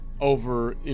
over